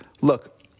Look